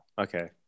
Okay